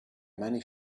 many